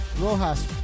Rojas